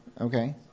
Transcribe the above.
Okay